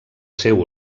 seu